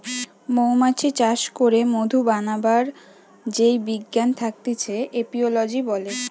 মৌমাছি চাষ করে মধু বানাবার যেই বিজ্ঞান থাকতিছে এপিওলোজি বলে